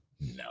no